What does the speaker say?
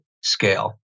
scale